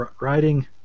riding